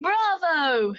bravo